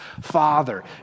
father